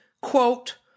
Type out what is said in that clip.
quote